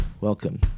Welcome